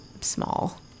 small